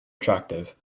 attractive